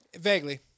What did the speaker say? Vaguely